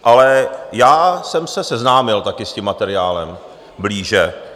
Ale já jsem se seznámil také s tím materiálem blíže.